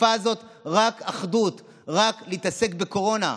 בתקופה הזאת רק אחדות, רק להתעסק בקורונה.